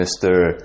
Mr